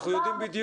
אנחנו יודעים בדיוק